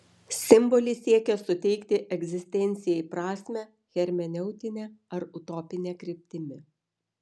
simbolis siekia suteikti egzistencijai prasmę hermeneutine ar utopine kryptimi